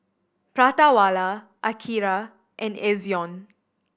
Prata Wala Akira and Ezion